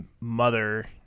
mother